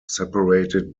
separated